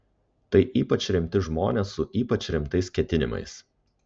tai ypač rimti žmonės su ypač rimtais ketinimais